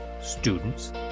students